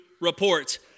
report